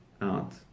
out